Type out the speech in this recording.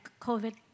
COVID